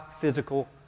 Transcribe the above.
physical